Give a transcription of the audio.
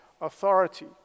authority